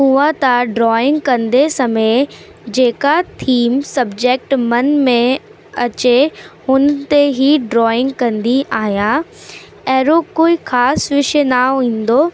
हुंअ त ड्रॉइंग कंदे समय जेका थिम सब्जेक्ट मन में अचे हुन ते ई ड्रॉइंग कंदी आहियां एरो कोई ख़ासि विषय न ईंदो